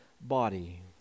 body